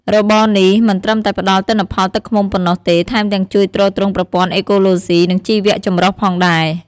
របរនេះមិនត្រឹមតែផ្ដល់ទិន្នផលទឹកឃ្មុំប៉ុណ្ណោះទេ ថែមទាំងជួយទ្រទ្រង់ប្រព័ន្ធអេកូឡូស៊ី និងជីវចម្រុះផងដែរ។